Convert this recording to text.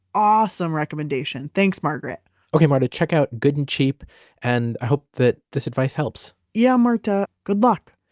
awesome recommendation. thanks margaret okay, marta, check out good and cheap and i hope that this advice helps yeah. marta, good luck!